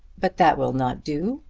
but that will not do,